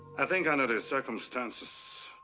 i think under the circumstances,